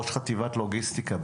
ראש חטיבת לוגיסטיקה,